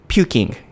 Puking